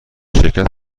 شرکت